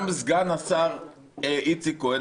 גם סגן השר יצחק כהן,